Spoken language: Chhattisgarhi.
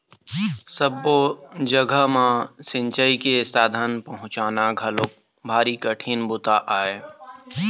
सब्बो जघा म सिंचई के साधन पहुंचाना घलोक भारी कठिन बूता आय